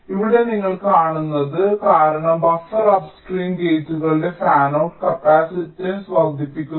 ഇവിടെ നിങ്ങൾ കാണുന്നത് കാരണം ബഫർ അപ്സ്ട്രീം ഗേറ്റുകളുടെ ഫാനൌട്ട് കപ്പാസിറ്റൻസ് വർദ്ധിപ്പിക്കുന്ന